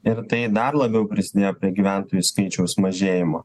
ir tai dar labiau prisidėjo prie gyventojų skaičiaus mažėjimo